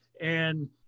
and-